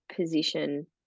position